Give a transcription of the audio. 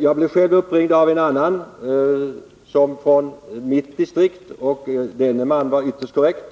Jag blev själv uppringd av en person som kom från mitt distrikt, och denne man var ytterst korrekt.